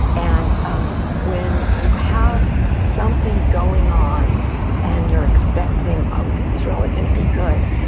and um when you have something going on and you're expecting, oh, this is really gonna be good,